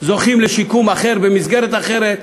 זוכים לשיקום אחר במסגרת אחרת.